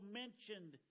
mentioned